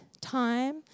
time